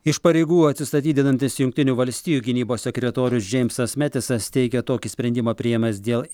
iš pareigų atsistatydinantis jungtinių valstijų gynybos sekretorius džeimsas metisas teigia tokį sprendimą priėmęs dėl